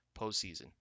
postseason